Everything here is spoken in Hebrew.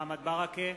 מוחמד ברכה,